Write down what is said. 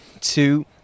two